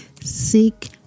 seek